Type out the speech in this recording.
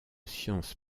sciences